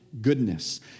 goodness